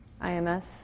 IMS